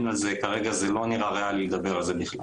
כרגע זה לא נראה ריאלי לדבר על זה בכלל.